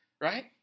right